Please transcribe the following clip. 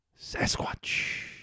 Sasquatch